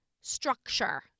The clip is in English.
structure